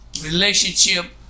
relationship